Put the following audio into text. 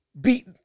beat